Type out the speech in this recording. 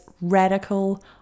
radical